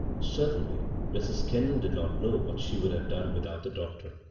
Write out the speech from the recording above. certainly mrs. kendall did not know what she would have done without the doctor.